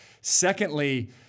Secondly